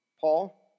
Paul